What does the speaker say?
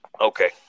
Okay